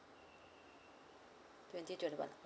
twenty twenty one